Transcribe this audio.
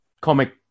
comic